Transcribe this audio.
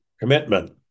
Commitment